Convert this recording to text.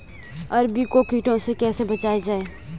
अरबी को कीटों से कैसे बचाया जाए?